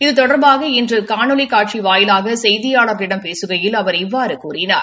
இது தொடர்பாக இன்று காணொலி காட்சி வாயிலாக செய்தியாளர்களிடம் பேசுகையில் அவர் இவ்வாறு கூறினார்